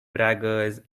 braggers